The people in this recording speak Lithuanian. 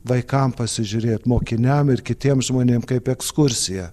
vaikam pasižiūrėt mokiniam ir kitiem žmonėm kaip ekskursija